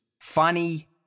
funny